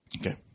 Okay